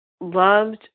loved